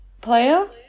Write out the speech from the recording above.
player